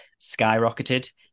skyrocketed